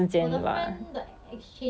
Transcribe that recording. but I don't know whether she can still go